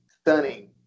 stunning